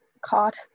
caught